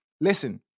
Listen